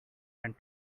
and